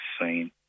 seen